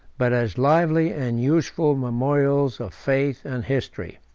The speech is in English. but as lively and useful memorials of faith and history.